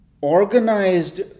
organized